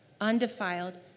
undefiled